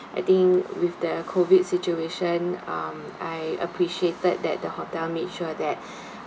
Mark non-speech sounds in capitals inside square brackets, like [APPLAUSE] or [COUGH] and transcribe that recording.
I think with COVID situation um I appreciated that the hotel make sure that [BREATH]